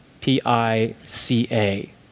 P-I-C-A